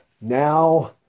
now